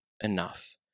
enough